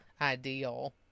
ideal